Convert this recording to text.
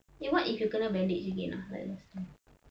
ya what if you kena bandage again ah like last time